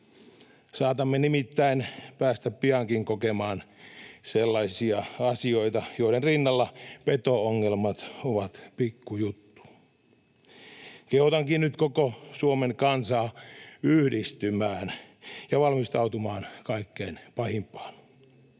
Saatamme nimittäin päästä piankin kokemaan sellaisia asioita, joiden rinnalla peto-ongelmat ovat pikkujuttu. Kehotankin nyt koko Suomen kansaa yhdistymään ja valmistautumaan kaikkein pahimpaan.